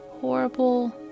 horrible